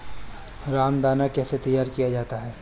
रामदाना कैसे तैयार किया जाता है?